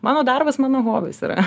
mano darbas mano hobis yra